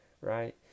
right